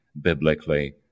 biblically